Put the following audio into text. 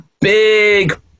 big